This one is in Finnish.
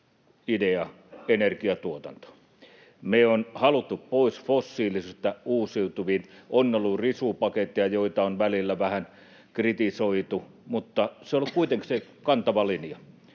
idea energiatuotantoon. Meillä on haluttu pois fossiilisista uusiutuviin, on ollut risupaketteja, joita on välillä vähän kritisoitu, mutta se on ollut kuitenkin se kantava linja,